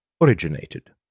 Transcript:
originated